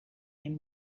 him